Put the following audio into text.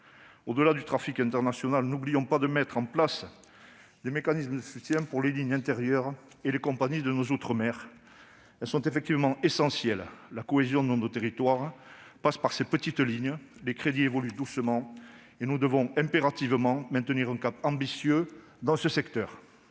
Au-delà du trafic international, n'oublions pas de mettre en place des mécanismes de soutien pour les lignes intérieures et les compagnies de nos outre-mer, qui sont essentielles. La cohésion de nos territoires passe par ces petites lignes. Les crédits évoluent doucement, et nous devons impérativement maintenir un cap ambitieux dans ce secteur.